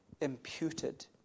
imputed